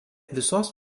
visos